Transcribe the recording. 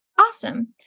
Awesome